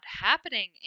happening